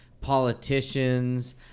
politicians